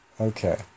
Okay